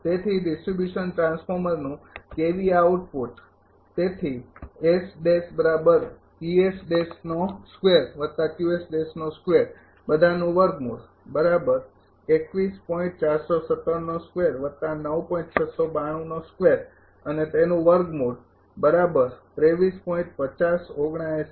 તેથી ડિસ્ટ્રિબ્યુશન ટ્રાન્સફોર્મરનું kVA output તેથી